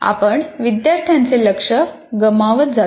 आपण विद्यार्थ्याचे लक्ष गमावत जातो